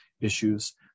issues